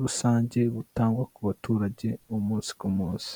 rusange, butangwa ku baturage umunsi ku munsi.